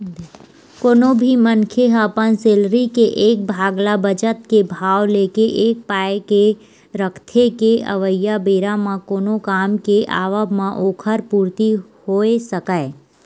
कोनो भी मनखे ह अपन सैलरी के एक भाग ल बचत के भाव लेके ए पाय के रखथे के अवइया बेरा म कोनो काम के आवब म ओखर पूरति होय सकय